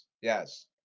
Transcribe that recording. yes